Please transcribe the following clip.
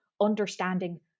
understanding